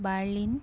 Berlin